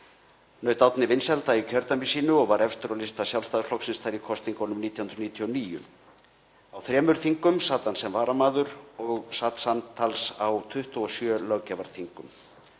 Naut Árni vinsælda í kjördæmi sínu og var efstur á lista Sjálfstæðisflokksins þar í kosningunum 1999. Á þremur þingum sat hann sem varamaður og samtals á 27 löggjafarþingum